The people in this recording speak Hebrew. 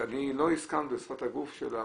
מה שלא הסכמת בשפת הגוף שלך,